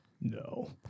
No